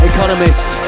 Economist